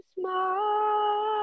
smile